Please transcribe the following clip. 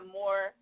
more